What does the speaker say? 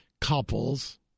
couples